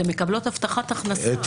הן מקבלות הבטחת הכנסה.